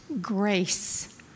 grace